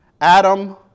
Adam